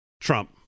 trump